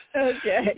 Okay